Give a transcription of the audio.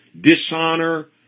dishonor